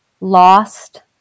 lost